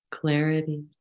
clarity